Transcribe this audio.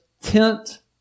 tent